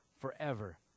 forever